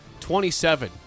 27